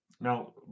Now